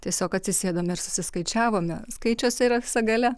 tiesiog atsisėdom ir susiskaičiavome skaičiuose yra visa galia